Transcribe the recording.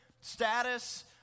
status